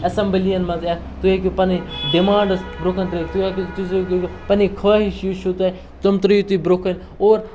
اٮ۪سَمبٔلِیَن منٛز یَتھ تُہۍ ہیٚکِو پَنٕںۍ ڈِمانڈٕز برونٛہہ کُن ترٛٲوِتھ تُہۍ پَنٕنی خٲہِش یُس چھُ تۄہہِ تم ترٛٲیِو تُہۍ برونٛہہ کُن اور